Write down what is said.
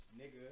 Nigga